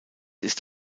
ist